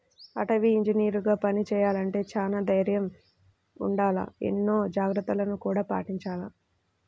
అటవీ ఇంజనీరుగా పని చెయ్యాలంటే చానా దైర్నం ఉండాల, ఎన్నో జాగర్తలను గూడా పాటించాల